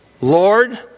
Lord